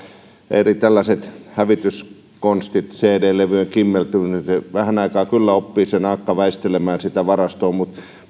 on tällaiset hävityskonstit cd levyjen kimmellys vähän aikaa naakka oppii väistelemään sitä varastoa mutta